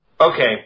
Okay